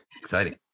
Exciting